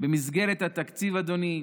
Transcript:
במסגרת התקציב, אדוני,